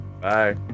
bye